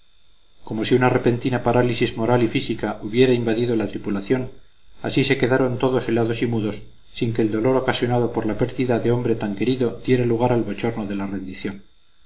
como si una repentina parálisis moral y física hubiera invadido la tripulación así se quedaron todos helados y mudos sin que el dolor ocasionado por la pérdida de hombre tan querido diera lugar al bochorno de la rendición